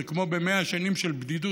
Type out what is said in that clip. זה כמו במאה שנים של בדידות,